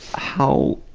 how,